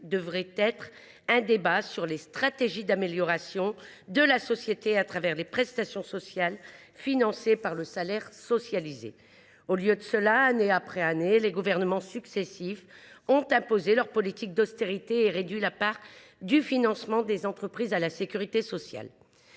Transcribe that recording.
devrait donner lieu à un débat sur les stratégies d’amélioration de la société au travers des prestations sociales financées par le salaire socialisé. Au lieu de cela, année après année, les gouvernements successifs ont imposé leurs politiques d’austérité et réduit la part du financement de la sécurité sociale